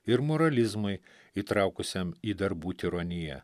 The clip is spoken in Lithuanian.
ir moralizmui įtraukusiam į darbų tironiją